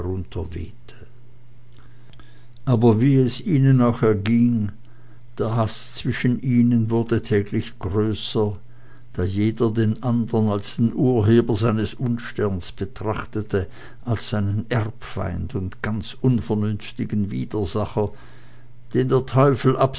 aber wie es ihnen auch erging der haß zwischen ihnen wurde täglich größer da jeder den andern als den urheber seines unsterns betrachtete als seinen erbfeind und ganz unvernünftigen widersacher den der teufel